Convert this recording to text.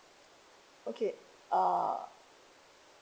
okay uh